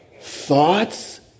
thoughts